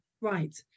right